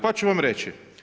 Pa ću vam reći.